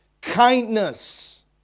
kindness